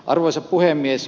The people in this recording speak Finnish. arvoisa puhemies